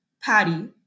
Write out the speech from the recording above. patty